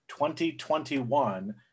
2021